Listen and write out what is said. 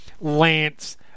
lance